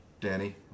Danny